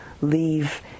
leave